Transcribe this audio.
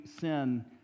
sin